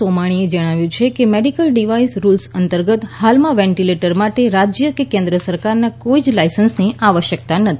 સોમાણીએ જણાવ્યું છે કે મેડિકલ ડિવાઇસ રૂલ્સ અંતર્ગત હાલમાં વેન્ટિલેટર માટે રાજ્ય કે કેન્દ્ર સરકારના કોઈ જ લાયસન્સની આવશ્યકતા નથી